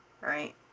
right